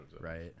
Right